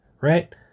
right